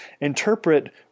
interpret